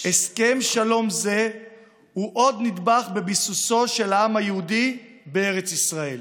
הסכם שלום זה הוא עוד נדבך בביסוסו של העם היהודי בארץ ישראל.